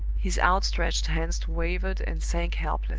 his outstretched hands wavered and sank helpless.